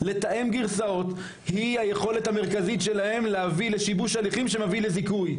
לתאם גרסאות היא היכולת המרכזית שלהם להביא לשיבוש הליכים שמביא לזיכוי.